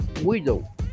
widow